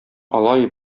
алай